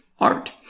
art